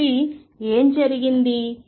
కాబట్టి ఏమి జరిగింది